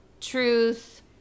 truth